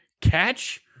catch